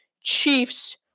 Chiefs